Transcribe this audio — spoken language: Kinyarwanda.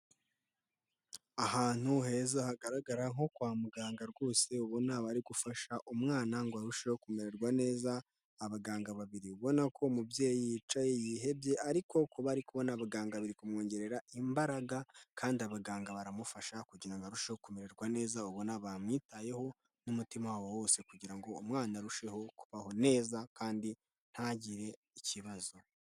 Ahantu heza hagaragara nko kwa muganga rwose, ubona bari gufasha umwana ngo arusheho kumererwa neza, abaganga babiri. Ubona ko umubyeyi yicaye yihebye ariko kuba ari kubona abaganga biri kumwongerera imbaraga kandi abaganga baramufasha kugira ngo arusheho kumererwa neza ubona bamwitayeho, n'umutima wabo wose kugira ngo umwana arusheho kubaho neza kandi ntagire ikibazo.